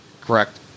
correct